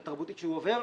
התרבותית שהוא עובר,